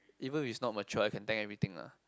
even if it's not mature I can tank everything lah